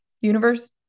Universe